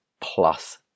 plus